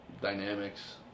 dynamics